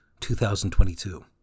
2022